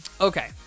Okay